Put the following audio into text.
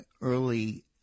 early